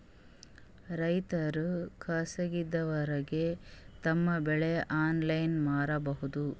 ರೈತರು ಖಾಸಗಿದವರಗೆ ತಮ್ಮ ಬೆಳಿ ಆನ್ಲೈನ್ ಮಾರಬಹುದು?